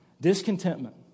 Discontentment